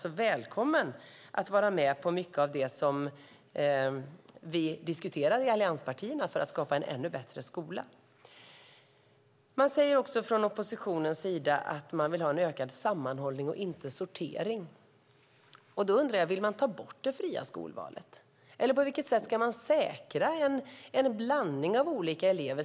Välkomna att vara med på mycket av det som vi diskuterar i allianspartierna för att skapa en ännu bättre skola! Man säger också från oppositionens sida att man vill ha en ökad sammanhållning, inte sortering. Då undrar jag: Vill man ta bort det fria skolvalet? På vilket sätt ska man säkra en blandning av olika elever?